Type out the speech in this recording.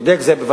הגיע.